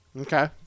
Okay